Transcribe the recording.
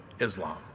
Islam